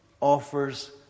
offers